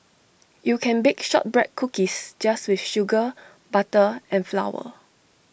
you can bake Shortbread Cookies just with sugar butter and flour